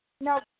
No